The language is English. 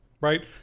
right